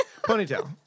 Ponytail